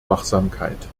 wachsamkeit